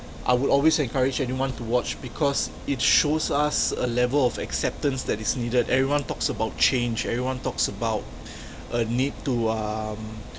I would always encourage anyone to watch because it shows us a level of acceptance that is needed everyone talks about change everyone talks about a need to um